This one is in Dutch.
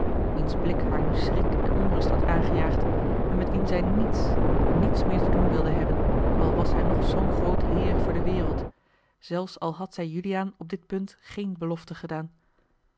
wiens blik haar nu schrik en onrust had aangejaagd en met wien zij niets niets meer te doen wilde hebben al was hij nog zoo'n groot heer voor de wereld zelfs al had zij juliaan op dit punt geene belofte gedaan